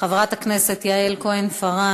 חברת הכנסת יעל כהן-פארן,